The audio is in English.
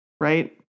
Right